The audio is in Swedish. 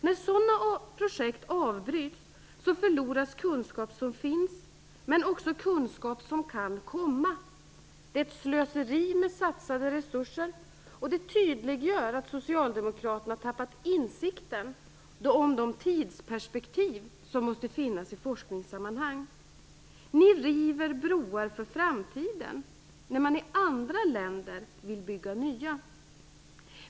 När sådana projekt avbryts förloras kunskap som finns men också kunskap som kan komma. Det är ett slöseri med satsade resurser, och det tydliggör att Socialdemokraterna tappat insikten om de tidsperspektiv som måste finnas i forskningssammanhang. Ni river broar för framtiden när man i andra länder vill bygga nya.